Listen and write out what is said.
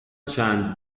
چند